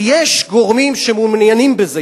כי יש גורמים שמעוניינים בזה,